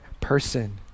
person